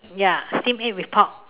ya steam egg with pork